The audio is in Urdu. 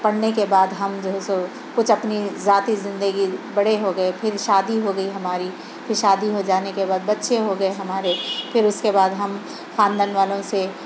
پڑھنے کے بعد ہم جو ہے سو کچھ اپنی ذاتی زندگی بڑے ہو گئے پھر شادی ہو گئی ہماری پھر شادی ہو جانے کے بعد بچے ہو گئے ہمارے پھر اُس کے بعد ہم خاندان والوں سے